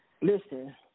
Listen